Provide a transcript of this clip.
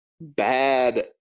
bad